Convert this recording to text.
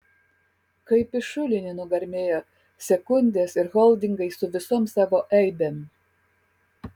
kaip į šulinį nugarmėjo sekundės ir holdingai su visom savo eibėm